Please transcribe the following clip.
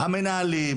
המנהלים,